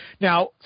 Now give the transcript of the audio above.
now